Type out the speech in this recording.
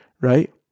right